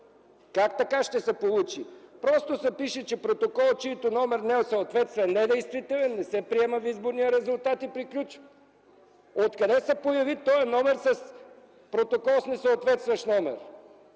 Как така ще се получи? Просто се пише, че протокол, чийто номер не съответства, е недействителен, не се приема изборния резултат и се приключва. Откъде се появи този номер, протокол с несъответстващ номер?